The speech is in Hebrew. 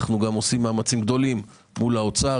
אנו גם עושים מאמצים גדולים מול האוצר.